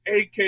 AK